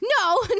No